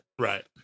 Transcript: Right